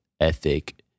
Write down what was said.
ethic